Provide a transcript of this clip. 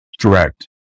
Correct